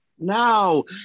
no